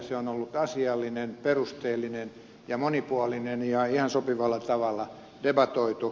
se on ollut asiallinen perusteellinen ja monipuolinen ja ihan sopivalla tavalla debatoitu